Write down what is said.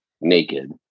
naked